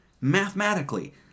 mathematically